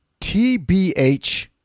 TBH